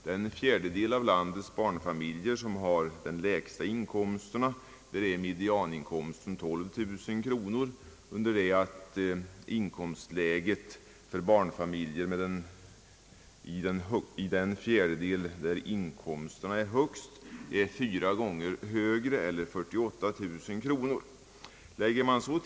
Den fjärdedel av landets barnfamiljer som har den lägsta inkomsten har medianen 12 000 kronor, under det att inkomstläget för barnfamiljer i den fjärdedel där inkomsterna är högst är fyra gånger högre eller 48 000 kronor.